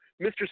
Mr